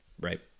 right